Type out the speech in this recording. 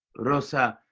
rosa,